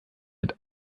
mit